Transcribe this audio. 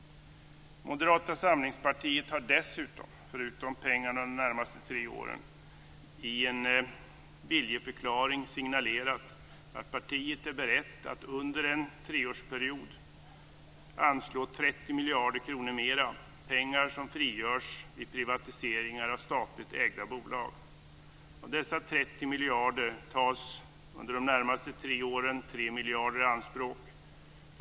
Moderata samlingspartiet har dessutom, förutom pengarna de närmaste tre åren, i en viljeförklaring signalerat att partiet är berett att under en treårsperiod anslå 30 miljarder kronor mer - pengar som frigörs vid privatisering av statligt ägda bolag.